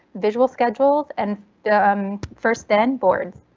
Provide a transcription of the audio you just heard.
visual schedules and um first then boards.